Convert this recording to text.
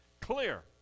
Clear